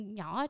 nhỏ